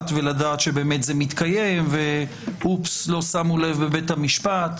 ולדעת שבאמת זה מתקיים וכי לא שמו לב בבית המשפט.